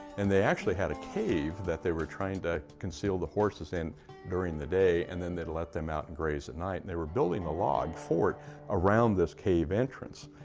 and they actually had a cave that they were trying to conceal the horses in during the day and then they'd let them out and graze at night. and they were building a log fort around this cave entrance.